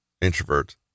Introvert